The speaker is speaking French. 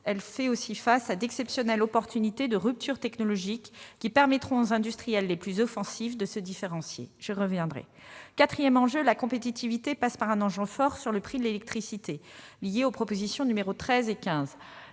elle fait aussi face à d'exceptionnelles occasions de rupture technologique qui permettront aux industriels les plus offensifs de se différencier- j'y reviendrai. Le quatrième enjeu, celui de la compétitivité, passe par un engagement fort sur le prix de l'électricité ; cela renvoie aux propositions n 13 et 15.